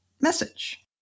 message